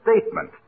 statement